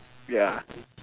ya